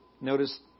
Notice